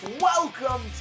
welcome